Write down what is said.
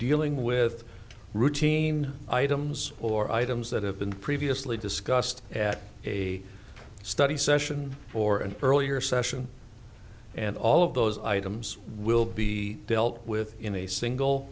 dealing with routine items or items that have been previously discussed at a study session or an earlier session and all of those items will be dealt with in a single